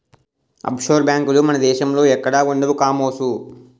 offshore బేంకులు మన దేశంలో ఎక్కడా ఉండవు కామోసు